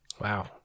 Wow